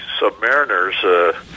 submariners